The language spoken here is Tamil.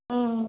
ம்